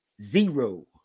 Zero